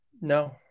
No